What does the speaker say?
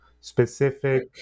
specific